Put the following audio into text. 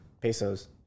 pesos